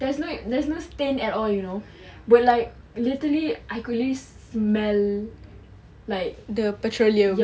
there's no there's no stain at all you know but like literally I could smell like the petroleum